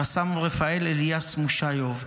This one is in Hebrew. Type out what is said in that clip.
רס"מ רפאל אליאס מושיוף,